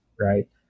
right